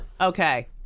Okay